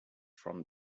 from